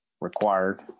required